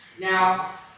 Now